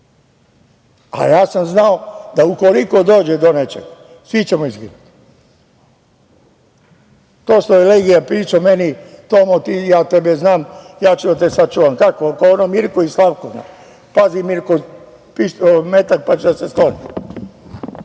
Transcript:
a ja sam znao da ukoliko dođe do nečega svićemo izginuti. To što je Legija pričao meni – Tomo, ja tebe znam, ja ću da te sačuvam. Kako? Kao ono Mirko i Slavko? Pazi Mirko metak, pa će da se skloni.